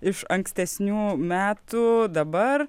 iš ankstesnių metų dabar